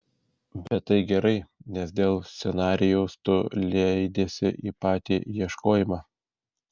bet tai gerai nes dėl scenarijaus tu leidiesi į patį ieškojimą